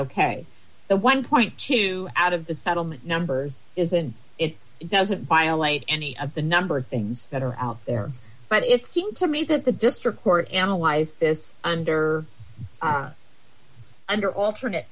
with the one two out of the settlement numbers is and it doesn't violate any of the number of things that are out there but it seemed to me that the district court analyzed this under under alternate